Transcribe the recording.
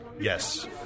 Yes